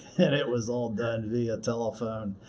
and it was all done via telephone,